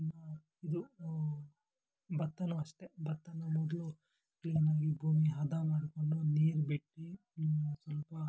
ಇನ್ನು ಇದು ಭತ್ತನೂ ಅಷ್ಟೆ ಭತ್ತನೂ ಮೊದಲು ಕ್ಲೀನಾಗಿ ಭೂಮಿ ಹದ ಮಾಡಿಕೊಂಡು ನೀರು ಬಿಟ್ಟು ಸ್ವಲ್ಪ